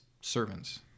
servants